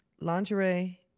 Lingerie